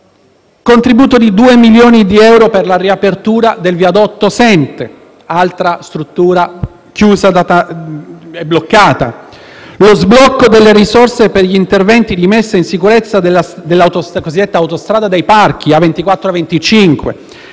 contributo di 2 milioni di euro per la riapertura del viadotto Sente, altra struttura bloccata. Vi è lo sblocco delle risorse per gli interventi di messa in sicurezza dell’autostrada dei parchi A24-A25,